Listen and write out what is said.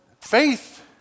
faith